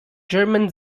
german